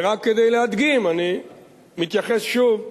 ורק כדי להדגים, אני מתייחס שוב,